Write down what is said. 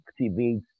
activates